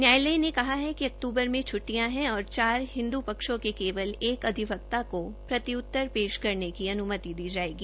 न्यायालय ने कहा कि अक्तूबर में छुटियां है और चार हिन्दू पक्षों के केवल एक अधिवक्ता को प्रत्युतर पेश करने की अनुमति दी जायेगी